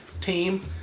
team